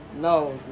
No